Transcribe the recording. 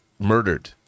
murdered